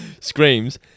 screams